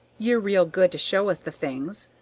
you're real good to show us the things.